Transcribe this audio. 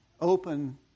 open